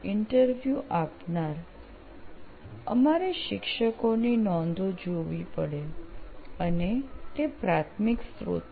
interview આપનાર અમારે શિક્ષકની નોંધો જોવી પડે અને તે પ્રાથમિક સ્રોત છે